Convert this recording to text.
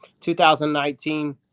2019